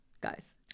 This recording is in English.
guys